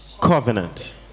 covenant